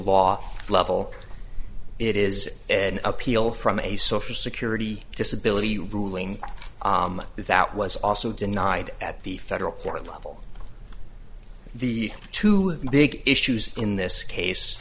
law level it is an appeal from a social security disability ruling that was also denied at the federal court level the two big issues in this case